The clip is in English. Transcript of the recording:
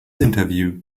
interview